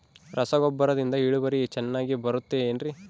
ರಸಗೊಬ್ಬರದಿಂದ ಇಳುವರಿ ಚೆನ್ನಾಗಿ ಬರುತ್ತೆ ಏನ್ರಿ?